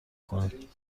کنید